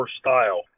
style